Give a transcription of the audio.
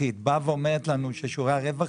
הטורקית באות ואומרות ששיעורי הרווח